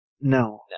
No